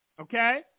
Okay